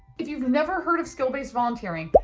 if you've never heard of skill-based volunteering, but